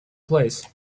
plays